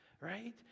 right